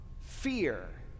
fear